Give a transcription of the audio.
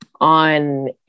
on